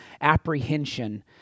apprehension